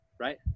right